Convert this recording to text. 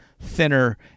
thinner